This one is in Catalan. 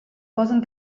posen